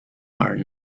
are